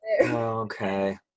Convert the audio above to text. okay